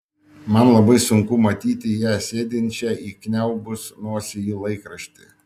man labai sunku matyti ją sėdinčią įkniaubus nosį į laikraštį